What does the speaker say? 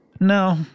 No